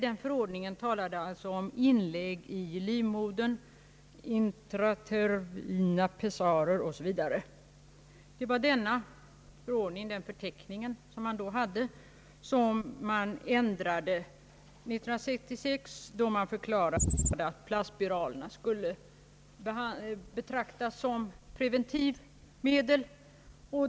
Denna förordning talade om inlägg i livmodern, pessarer 0. s. v. År 1966 ändrade man förteckningen i denna förordning och förklarade att plastspiralerna skulle betraktas som preventivmedel.